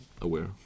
aware